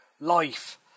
life